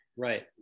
Right